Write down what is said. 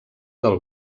del